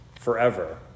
forever